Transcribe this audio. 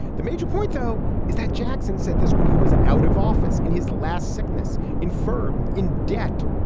the major point though is that jackson said this when he was out of office in his last sickness infirm in debt.